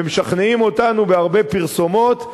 ומשכנעים אותנו בהרבה פרסומות,